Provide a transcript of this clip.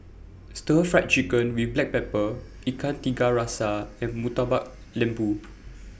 Stir Fried Chicken with Black Pepper Ikan Tiga Rasa and Murtabak Lembu